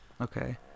Okay